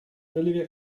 olivia